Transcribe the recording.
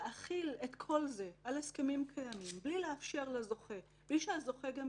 להחיל את כל זה על הסכמים קיימים בלי שהזוכה יכול